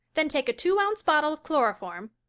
then take a two-ounce bottle of chloroform,